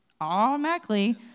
automatically